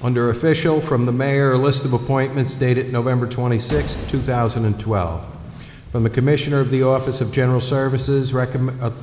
under official from the mayor list of appointments dated november twenty sixth two thousand and twelve from the commissioner of the office of general services